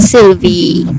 Sylvie